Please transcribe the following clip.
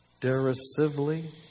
derisively